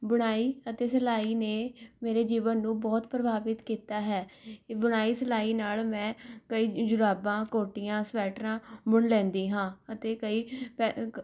ਬੁਣਾਈ ਅਤੇ ਸਿਲਾਈ ਨੇ ਮੇਰੇ ਜੀਵਨ ਨੂੰ ਬਹੁਤ ਪ੍ਰਭਾਵਿਤ ਕੀਤਾ ਹੈ ਬੁਣਾਈ ਸਿਲਾਈ ਨਾਲ ਮੈਂ ਕਈ ਜੁਰਾਬਾਂ ਕੋਟੀਆਂ ਸਵੈਟਰਾਂ ਬੁਣ ਲੈਂਦੀ ਹਾਂ ਅਤੇ ਕਈ ਪੈ